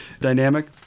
dynamic